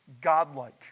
godlike